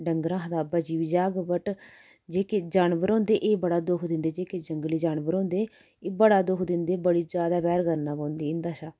डंगर हा दा बची बी जाह्ग बट जेह्के जानवर होंदे एह् बड़ा दुक्ख दिंदे जेह्के जंगली जानवर होंदे एह् बड़ा दुक्ख दिंदे बड़ी ज्यादा पैह्र करनी पौंदी इंदे शा